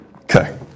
Okay